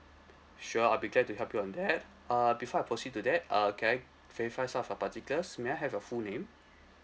sure I'll be glad to help you on that err before I proceed to that uh can I verify some of your particulars may I have your full name